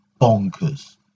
bonkers